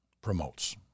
promotes